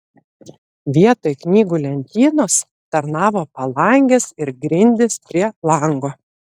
vietoj knygų lentynos tarnavo palangės ir grindys prie lango